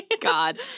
God